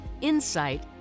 insight